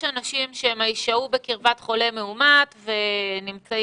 יש אנשים ששהו בקרבת חולה מאומת ונמצאים